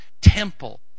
temple